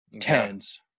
tens